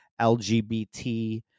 LGBT